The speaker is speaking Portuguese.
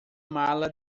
mala